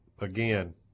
Again